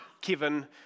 Kevin